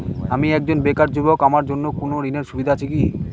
আমি একজন বেকার যুবক আমার জন্য কোন ঋণের সুবিধা আছে কি?